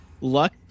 Luck